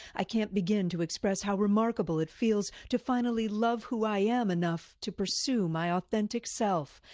i can't begin to express how remarkable it feels to finally love who i am enough to pursue my authentic self.